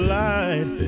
light